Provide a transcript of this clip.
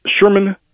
Sherman